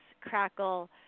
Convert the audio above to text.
Crackle